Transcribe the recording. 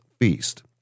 Feast